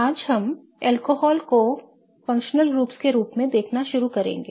आज हम अल्कोहल को कार्यात्मक समूहों के रूप में देखना शुरू करेंगे